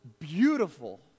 beautiful